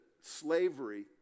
slavery